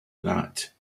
that